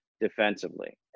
defensively